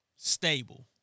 stable